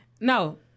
No